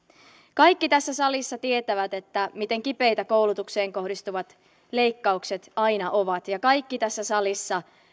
kaikki tässä salissa tietävät miten kipeitä koulutukseen kohdistuvat leikkaukset aina ovat ja kaikki tässä salissa